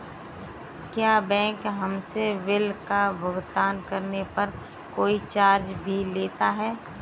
क्या बैंक हमसे बिल का भुगतान करने पर कोई चार्ज भी लेता है?